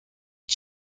die